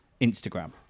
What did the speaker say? Instagram